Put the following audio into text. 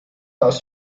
aus